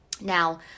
Now